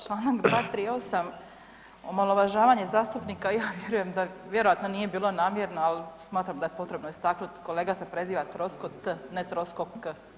Članak 238. omalovažavanje zastupnika ja vjerujem da vjerojatno nije bilo namjerno ali smatram da je potrebno istaknuti kolega se preziva Troskot, ne Troskok.